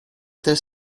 this